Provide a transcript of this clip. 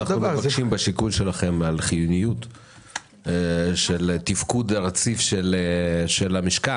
אנחנו מבקשים בשיקול שלכם על חיוניות של תפקוד הרציף של המשכן,